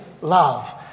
love